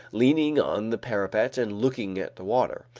leaning on the parapet and looking at the water.